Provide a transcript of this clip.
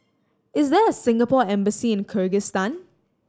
is there a Singapore Embassy in Kyrgyzstan